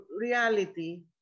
reality